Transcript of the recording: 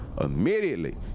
immediately